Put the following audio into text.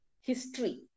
History